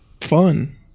Fun